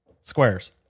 squares